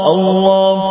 Allah